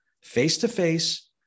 face-to-face